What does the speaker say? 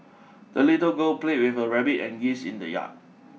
the little girl played with her rabbit and geese in the yard